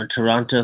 Toronto